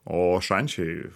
o šančiai